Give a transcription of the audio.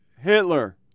Hitler